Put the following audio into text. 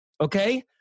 Okay